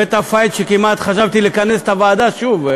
הבאת "פייט" שכמעט חשבתי לכנס את הוועדה שוב.